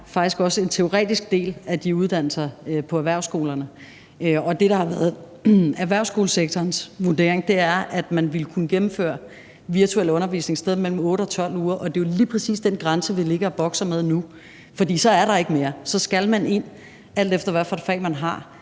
faktisk også er en teoretisk del af de uddannelser på erhvervsskolerne, og det, der har været erhvervsskolesektorens vurdering, er, at man ville kunne gennemføre virtuel undervisning et sted mellem 8 og 12 uger, og det er jo lige præcis den grænse, vi ligger og bokser med nu. For så er der ikke mere, og så skal man ind, alt efter hvilket fag man har,